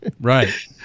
Right